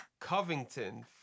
Covington